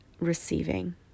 receiving